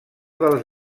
dels